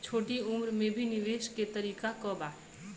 छोटी उम्र में भी निवेश के तरीका क बा?